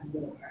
more